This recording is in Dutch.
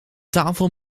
tafel